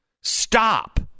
Stop